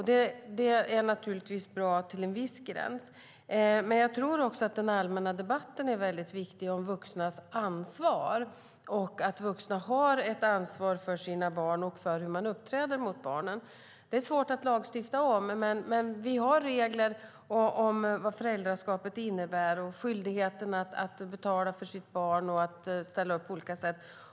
Det är naturligtvis bra till en viss gräns, men jag tror också att den allmänna debatten om vuxnas ansvar - att vuxna har ett ansvar för sina barn och för hur man uppträder mot barnen - är väldigt viktig. Det är svårt att lagstifta om, men vi har regler för vad föräldraskapet innebär, såsom skyldigheten att betala för sitt barn och ställa upp på olika sätt.